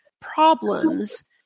problems